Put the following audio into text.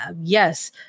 Yes